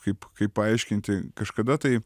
kaip kaip paaiškinti kažkada tai